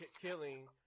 killing